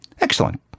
Excellent